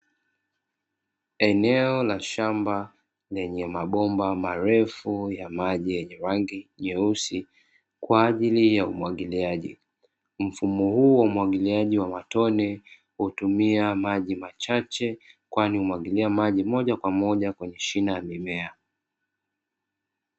Eneo la shamba lenye mabomba mabomba marefu ya maji mweusi kwa ajili ya umwagiliaji, mfumo huu wa umwagiliaji wa matone hutumia maji machache kwani umwagiliaji maji moja kwa moja kwenye mashina ya mimea.